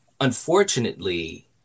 unfortunately